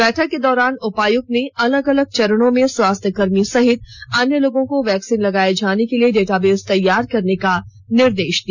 बैठक के दौरान उपायुक्त ने अलग अलग चरणों में स्वास्थ्य कर्मी सहित अन्य लोगों को वैक्सीन लगाये जाने के लिए डाटाबेस तैयार करने का निर्दे ा दिया